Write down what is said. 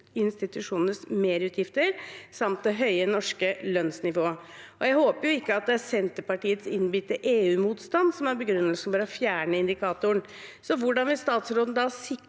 institusjonenes merutgifter samt det høye norske lønnsnivået. Jeg håper det ikke er Senterpartiets innbitte EUmotstand som er begrunnelsen for å fjerne indikatoren. Hvordan vil statsråden sikre